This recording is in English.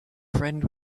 friend